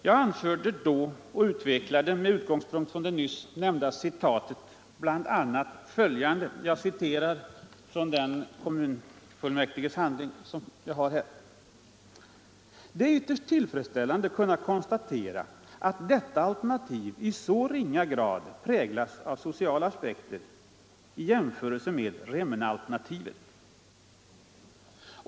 Jag anförde då, och utvecklade med utgångspunkt i nyssnämnda citat bl.a. följande, jag citerar ur min reservation fogad till kommunfullmäktiges handlingar: ”Det är ytterst tillfredsställande kunna konstatera, att detta alternativ i så ringa grad präglas av sociala aspekter i jämförelse med Remmenealternativet.